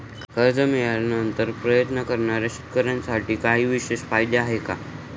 कर्ज मिळवण्याचा प्रयत्न करणाऱ्या शेतकऱ्यांसाठी काही विशेष फायदे आहेत का?